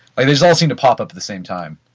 like this all seem to popup at the same time.